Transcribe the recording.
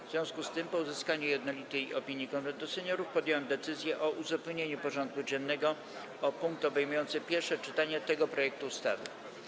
W związku z tym, po uzyskaniu jednolitej opinii Konwentu Seniorów, podjąłem decyzję o uzupełnieniu porządku dziennego o punkt obejmujący pierwsze czytanie tego projektu ustawy.